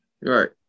Right